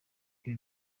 ibi